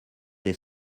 des